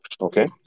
okay